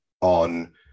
on